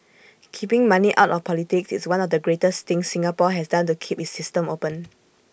keeping money out of politics is one of the greatest things Singapore has done to keep its system open